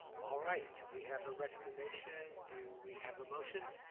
all right, we have a recommendation, do we have a motion?